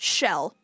Shell